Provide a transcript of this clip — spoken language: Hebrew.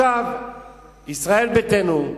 ישראל ביתנו,